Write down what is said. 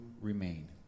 remain